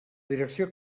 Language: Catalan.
direcció